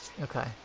Okay